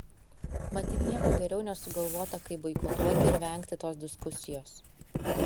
matyt nieko geriau nesugalvota kaip boikotuoti ir vengti tos diskusijos